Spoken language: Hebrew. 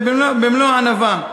ובמלוא הענווה.